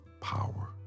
power